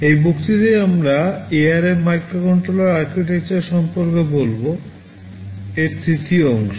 এই বক্তৃতায় আমরা ARM মাইক্রোকন্ট্রোলার ARCHITECTURE সম্পর্কে বলব এর তৃতীয় অংশ